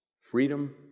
Freedom